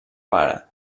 pare